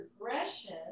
progression